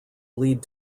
lead